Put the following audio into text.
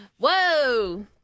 Whoa